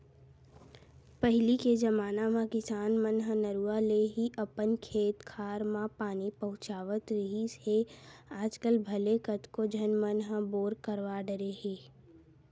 पहिली के जमाना म किसान मन ह नरूवा ले ही अपन खेत खार म पानी पहुँचावत रिहिस हे आजकल भले कतको झन मन ह बोर करवा डरे हे